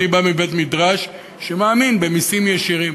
אני בא מבית-מדרש שמאמין במסים ישירים,